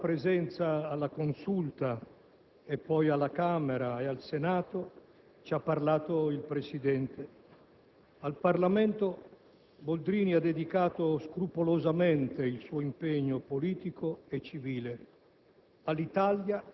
Della sua presenza nella Consulta, poi alla Camera e al Senato, ci ha parlato il Presidente. Al Parlamento Boldrini ha dedicato scrupolosamente il suo impegno politico e civile.